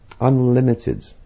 unlimited